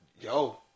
Yo